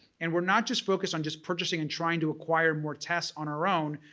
and we're not just focused on just purchasing and trying to acquire more tests on our own,